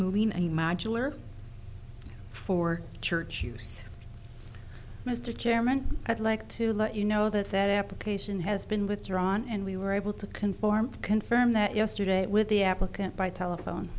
or for church use mr chairman i'd like to let you know that that application has been withdrawn and we were able to conform confirm that yesterday with the applicant by telephone